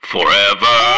Forever